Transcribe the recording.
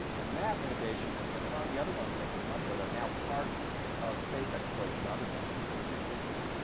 and that innovation, and and a lot of the other ones they came up with, are now part of space exploration, and other missions are are using them.